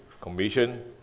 commission